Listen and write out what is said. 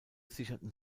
sicherten